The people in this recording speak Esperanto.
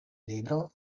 libro